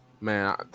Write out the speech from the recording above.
man